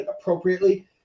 appropriately